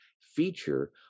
feature